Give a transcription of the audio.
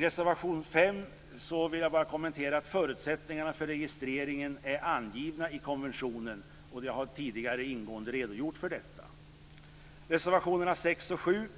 Reservation 5: Förutsättningarna för registrering är angivna i konventionen, vilket jag tidigare ingående redogjort för. Reservationerna 6 och 7: